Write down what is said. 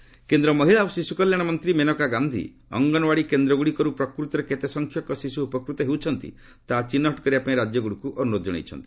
ମେନକା କେନ୍ଦ୍ର ମହିଳା ଓ ଶିଶୁ କଲ୍ୟାଣ ମନ୍ତ୍ରୀ ମେନକା ଗାନ୍ଧି ଅଙ୍ଗନଓ୍ୱାଡି କେନ୍ଦ୍ରଗୁଡ଼ିକରୁ ପ୍ରକୃତରେ କେତେ ସଂଖ୍ୟକ ଶିଶୁ ଉପକୃତ ହେଉଛନ୍ତି ତାହା ଚିହ୍ନଟ କରିବା ପାଇଁ ରାଜ୍ୟଗୁଡ଼ିକୁ ଅନୁରୋଧ ଜଣାଇଛନ୍ତି